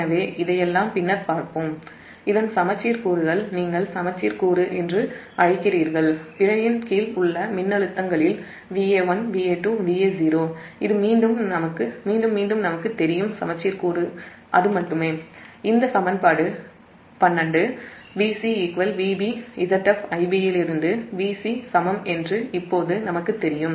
எனவே இதையெல்லாம் பின்னர் பார்ப்போம் இதன் நீங்கள் சமச்சீர் கூறு என்று அழைக்கிறீர்கள் பிழையின் கீழ் உள்ள மின்னழுத்தங்களில் Va1 Va2 Va0 நமக்கு மீண்டும் மீண்டும் தெரியும் சமச்சீர் கூறு அது மட்டுமே இந்த சமன்பாடு 12 Vc Vb Zf Ib இலிருந்து Vc சமம் என்று இப்போது நமக்குத் தெரியும்